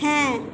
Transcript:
হ্যাঁ